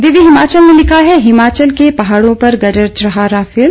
दिव्य हिमाचल ने लिखा है हिमाचल के पहाड़ों पर गरज रहा राफेल